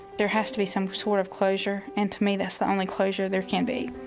there has to be some sort of closure, and to me that's the only closure there can be.